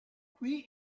qui